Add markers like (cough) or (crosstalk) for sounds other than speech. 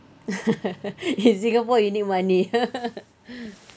(laughs) in singapore you need money (laughs)